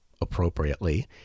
appropriately